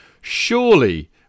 Surely